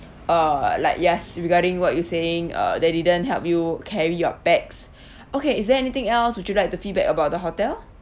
uh like yes regarding what you're saying uh they didn't help you carry your bags okay is there anything else would you like to feedback about the hotel